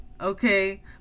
okay